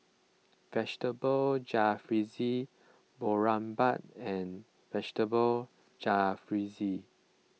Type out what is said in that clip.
Vegetable Jalfrezi Boribap and Vegetable Jalfrezi